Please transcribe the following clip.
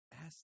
ask